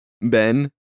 Ben